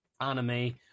anime